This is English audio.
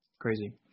Crazy